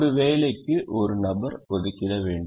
ஒரு வேலைக்கு ஒரு நபர் ஒதிக்கிட வேண்டும்